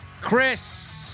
Chris